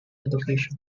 education